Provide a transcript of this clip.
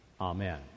Amen